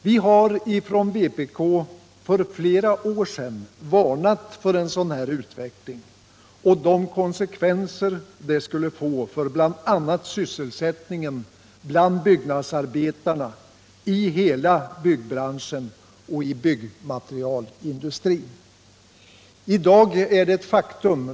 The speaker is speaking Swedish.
Vi har från vpk för flera år sedan varnat för en sådan här utveckling och de konsekvenser den skulle få för bl.a. sysselsättningen bland byggnadsarbetarna, i hela byggbranschen och i byggmaterialindustrin. I dag är det dåliga sysselsättningsläget ett faktum.